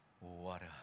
water